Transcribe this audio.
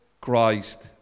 Christ